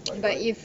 but it run